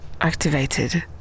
activated